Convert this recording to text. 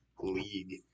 League